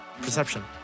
perception